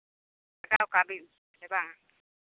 ᱵᱤᱱ ᱥᱮ ᱵᱟᱝ